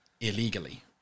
illegally